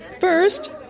First